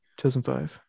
2005